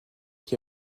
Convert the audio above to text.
qui